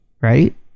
Right